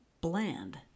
bland